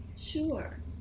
sure